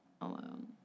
alone